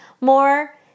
more